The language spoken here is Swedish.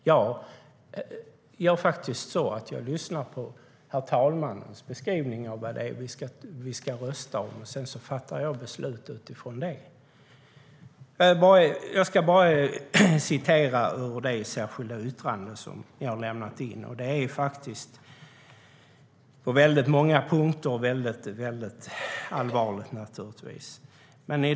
Själv lyssnar jag på herr talmannens beskrivning av vad vi ska rösta om, och sedan fattar jag beslut utifrån det. Låt mig citera ur det särskilda yttrande som ni har lämnat in. Det är naturligtvis allvarligt på många vis.